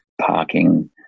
parking